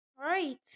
right